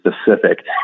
specific